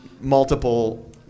multiple